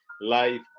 life